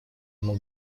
ему